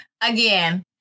Again